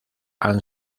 han